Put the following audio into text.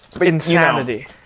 Insanity